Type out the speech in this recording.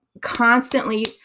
constantly